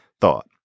thought